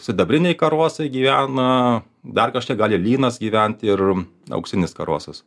sidabriniai karosai gyvena dar kas čia gali lynas gyventi ir auksinis karosas